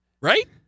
Right